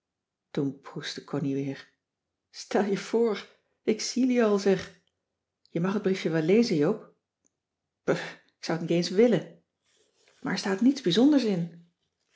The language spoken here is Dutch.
toen proestte connie weer stel je voor ik zie jullie al zeg je mag het briefje wel lezen joop brr ik zou t niet eens willen maar er staat niets bijzonders in